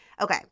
Okay